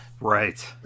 Right